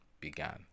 began